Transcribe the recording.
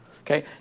okay